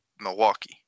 Milwaukee